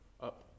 up